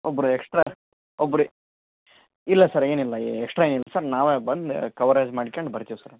ಒಬ್ರು ಎಕ್ಸ್ಟ್ರಾ ಒಬ್ಬರೆ ಇಲ್ಲ ಸರ್ ಏನಿಲ್ಲ ಎಕ್ಸ್ಟ್ರಾ ಏನಿಲ್ಲ ಸರ್ ನಾವೇ ಬಂದು ಕವರೇಜ್ ಮಾಡ್ಕ್ಯಂಡು ಬರ್ತೀವಿ ಸರ್